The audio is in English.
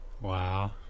Wow